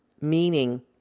meaning